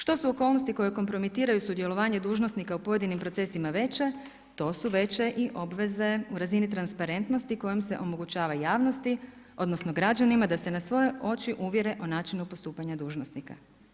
Što su okolnosti koje kompromitiraju sudjelovanje dužnosnika u pojedinim procesima veće, to su veće i obveze u razini transparentnosti kojom se omogućava javnosti odnosno građanima da se na svoje oči uvjere o načinu postupanja dužnosnika.